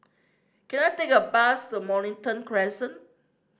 can I take a bus to Mornington Crescent